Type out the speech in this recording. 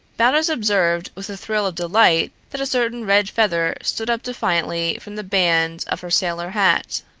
baldos observed with a thrill of delight that a certain red feather stood up defiantly from the band of her sailor hat.